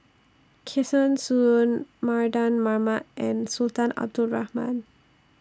Kesavan Soon Mardan Mamat and Sultan Abdul Rahman